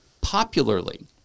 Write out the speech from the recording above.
popularly